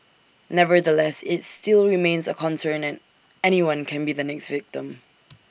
nevertheless IT still remains A concern and anyone can be the next victim